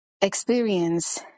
experience